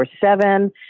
seven